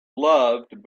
loved